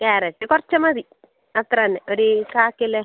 carrot കുറച്ച് മതി അത്ര തന്നെ ഒരു കാൽ കിലോ